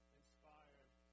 inspired